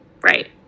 Right